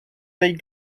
they